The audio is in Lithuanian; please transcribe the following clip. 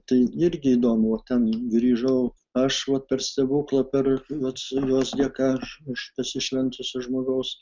tai irgi įdomu o ten grįžau aš vat per stebuklą per vat jos dėka aš aš pasišventusio žmogaus